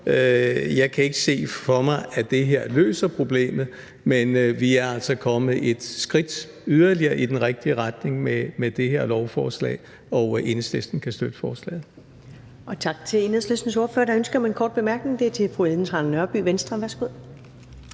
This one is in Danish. jeg kan ikke se for mig, at det her løser problemet – men vi er altså kommet et skridt yderligere i den rigtige retning med det her lovforslag. Enhedslisten kan støtte forslaget.